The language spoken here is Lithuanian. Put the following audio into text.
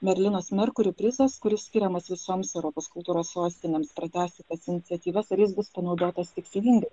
merilinos merkuri prizas kuris skiriamas visoms europos kultūros sostinėms pratęsti tas iniciatyvas ar jis bus panaudotas tikslingai